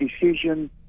decision